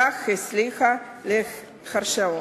כן הצליחה להרשיעו.